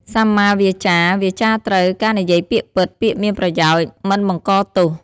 សម្មាវាចា វាចាត្រូវ ការនិយាយពាក្យពិត ពាក្យមានប្រយោជន៍ មិនបង្កទោស។